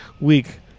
week